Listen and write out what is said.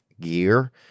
gear